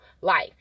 life